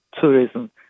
tourism